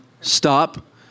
Stop